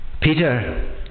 Peter